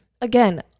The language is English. again